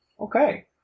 Okay